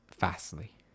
fastly